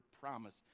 promise